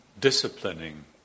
disciplining